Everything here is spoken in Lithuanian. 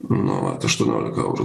nu vat aštuoniolika eurų